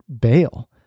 bail